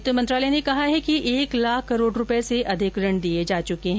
वित्त मंत्रालय ने कहा है कि एक लाख करोड़ रूपये से अधिक ऋण दिये जा चुके हैं